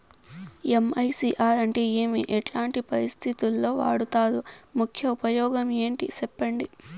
MICR అంటే ఏమి? ఎట్లాంటి పరిస్థితుల్లో వాడుతారు? ముఖ్య ఉపయోగం ఏంటి సెప్పండి?